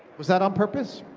was that on purpose?